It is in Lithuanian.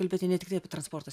kalbėti ne tiktai apie transporto